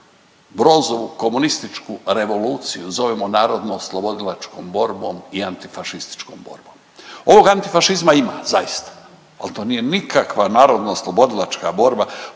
Brozovu komunističku revoluciju zovemo narodnooslobodilačkom borbom i antifašističkom borbom. Ovog antifašizma ima zaista, al to nije nikakva narodnooslobodilačka borba,